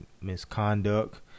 misconduct